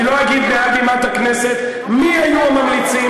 אני לא אגיד מעל בימת הכנסת מי היו הממליצים,